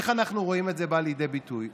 איך אנחנו רואים את זה בא לידי ביטוי?